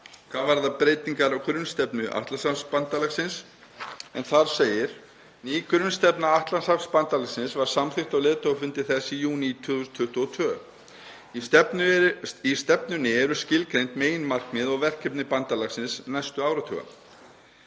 hvað varðar breytingar á grunnstefnu Atlantshafsbandalagsins, en þar segir: „Ný grunnstefna Atlantshafsbandalagsins var samþykkt á leiðtogafundi þess í júní 2022. Í stefnunni eru skilgreind meginmarkmið og verkefni bandalagsins næsta áratug.